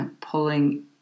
pulling